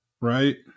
right